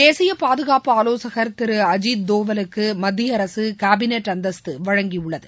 தேசிய பாதுகாப்பு ஆலோசகர் திரு அஜித் தோவலுக்கு மத்திய அரசு கேபினட் அந்தஸ்து வழங்கியுள்ளது